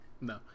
No